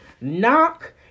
knock